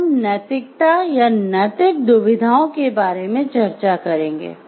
अब हम नैतिकता या नैतिक दुविधाओं के बारे में चर्चा करेंगे